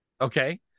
Okay